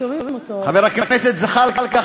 חבר הכנסת זחאלקה,